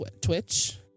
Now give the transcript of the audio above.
Twitch